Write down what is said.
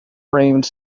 table